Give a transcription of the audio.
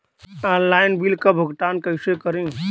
Online bill क भुगतान कईसे करी?